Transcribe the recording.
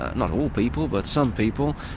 not all people, but some people,